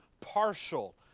partial